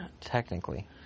technically